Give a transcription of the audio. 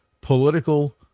political